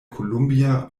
columbia